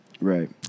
Right